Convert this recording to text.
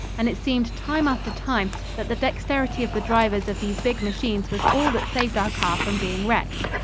and it seemed, time after time, that the dexterity of the drivers of these big machines was all that saved our car from being wrecked.